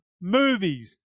movies